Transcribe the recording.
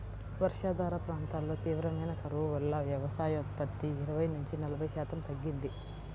వర్షాధార ప్రాంతాల్లో తీవ్రమైన కరువు వల్ల వ్యవసాయోత్పత్తి ఇరవై నుంచి నలభై శాతం తగ్గింది